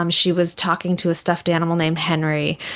um she was talking to a stuffed animal named henry,